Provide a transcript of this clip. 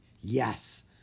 Yes